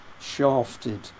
shafted